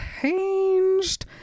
changed